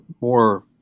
more